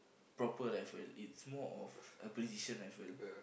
proper rifle it's more of a position rifle